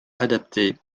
adaptée